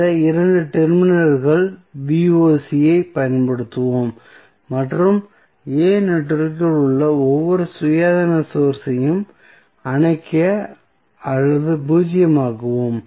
இந்த 2 டெர்மினல்களில் யைப் பயன்படுத்துவோம் மற்றும் A நெட்வொர்க்கில் உள்ள ஒவ்வொரு சுயாதீன சோர்ஸ் ஐயும் அணைக்க அல்லது பூஜ்ஜியமாக்குவோம்